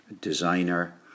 designer